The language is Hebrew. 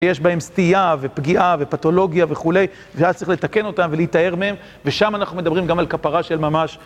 יש בהם סטייה ופגיעה ופתולוגיה וכולי, ואז צריך לתקן אותם ולהיטהר מהם, ושם אנחנו מדברים גם על כפרה של ממש.